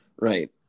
Right